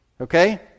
okay